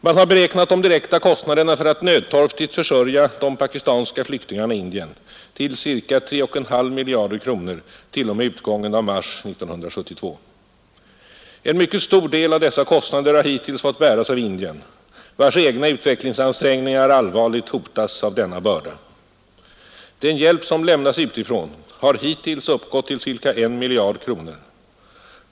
Man har beräknat de direkta kostnaderna för att nödtorftigt försörja de pakistanska flyktingarna i Indien till ca 3,5 miljarder kronor t.o.m., utgången av mars 1972. En mycket stor del av dessa kostnader har hittills fått bäras av Indien, vars egna utvecklingsansträngningar allvarligt hotas av denna börda. Den hjälp, som lämnats utifrån, har hittills uppgått till ca 1 miljard kronor.